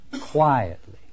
Quietly